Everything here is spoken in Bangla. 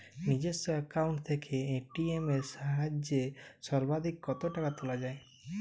নিজস্ব অ্যাকাউন্ট থেকে এ.টি.এম এর সাহায্যে সর্বাধিক কতো টাকা তোলা যায়?